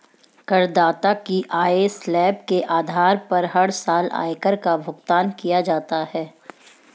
करदाता की आय स्लैब के आधार पर हर साल आयकर का भुगतान किया जाता है